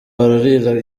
bararira